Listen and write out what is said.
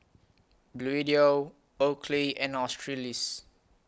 Bluedio Oakley and Australis